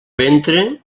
ventre